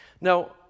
Now